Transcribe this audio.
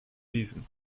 season